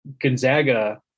Gonzaga